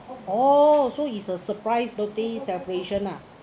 oh so is a surprise birthday celebration ah